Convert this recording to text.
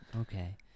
okay